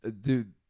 dude